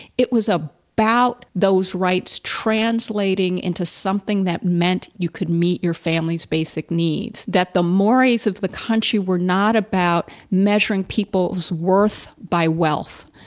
it was a about those rights, translating into something that meant you could meet your family's basic needs, that the mores of the country were about measuring people's worth by wealth,